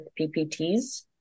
PPTs